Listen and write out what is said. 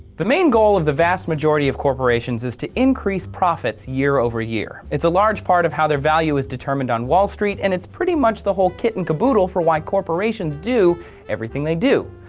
the main goal of the vast majority of corporations is to increase profits year over year. it's a large part of how their value is determined on wall street and it's pretty much the whole kit-and-caboodle for why corporations do everything they do.